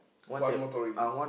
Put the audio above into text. One-Motoring